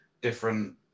different